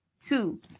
Two